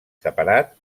separat